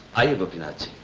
are you looking at?